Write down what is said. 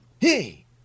Hey